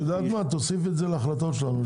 תוסיפי את זה להחלטה שלנו,